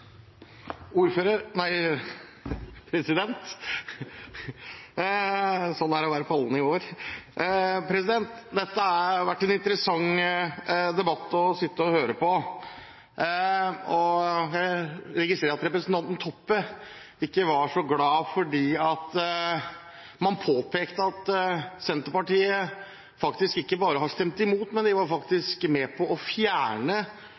Ordfører! Nei – president! Sånn er det å være på alle nivåer. Dette har vært en interessant debatt å sitte og høre på. Jeg registrerer at representanten Toppe ikke var så glad for at man påpekte at Senterpartiet ikke bare har stemt imot, men de var faktisk med på å fjerne